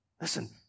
Listen